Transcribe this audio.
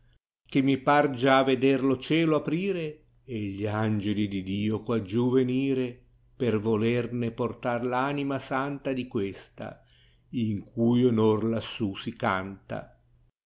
che mi par già veder lo cielo aprire e gli angeli di dio quaggiù venire per volerne portar v anima santa di questa in cui onor lassù si canta